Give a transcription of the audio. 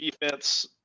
defense